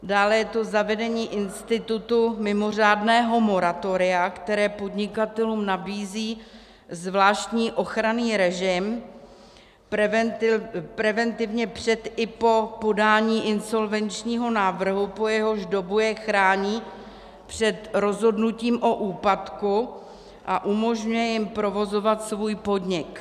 Dále je to zavedení institutu mimořádného moratoria, které podnikatelům nabízí zvláštní ochranný režim preventivně před i po podání insolvenčního návrhu, po jehož dobu je chrání před rozhodnutím o úpadku a umožňuje jim provozovat svůj podnik.